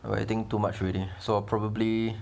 well I think too much already so probably